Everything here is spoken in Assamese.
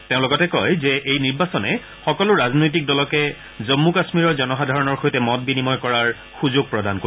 তেওঁ লগতে কয় যে এই নিৰ্বাচনে সকলো ৰাজনৈতিক দলকে জম্মু কাশ্মীৰৰ জনসাধাৰণৰ সৈতে মত বিনিময় কৰাৰ সূযোগ প্ৰদান কৰিব